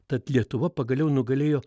tad lietuva pagaliau nugalėjo